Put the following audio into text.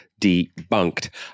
debunked